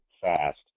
fast